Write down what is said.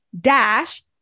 dash